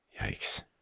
Yikes